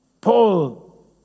Paul